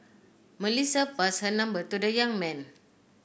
Melissa passed her number to the young man